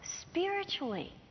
spiritually